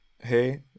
hey